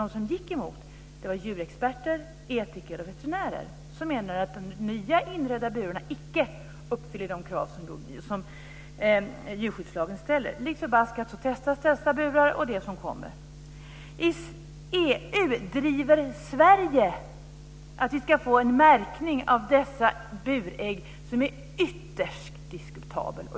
De som gick emot detta var djurexperter, etiker och veterinärer, som menade att de nya inredda burarna icke uppfyller de krav som djurskyddslagen ställer. Lik förbaskat testas dessa burar och det som kommer. I EU driver Sverige att vi ska få en märkning av dessa burägg som är ytterst diskutabel.